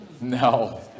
No